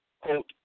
Quote